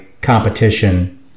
competition